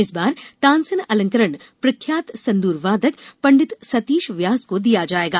इस बार तानसेन अलंकरण प्रख्यात संतूर वादक पण्डित सतीश व्यास को दिया जाएगा